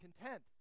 content